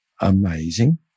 amazing